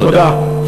תודה.